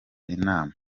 inama